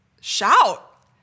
shout